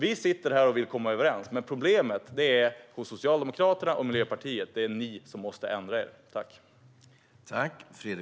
Vi sitter här och vill komma överens, men problemet finns hos Socialdemokraterna och Miljöpartiet. Det är ni som måste ändra er.